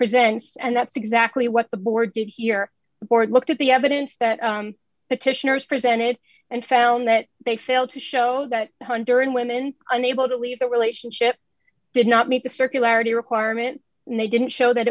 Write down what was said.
presents and that's exactly what the board did here the board looked at the evidence that petitioners presented and found that they failed to show that hunder and women unable to leave the relationship did not meet the circularity requirement and they didn't show that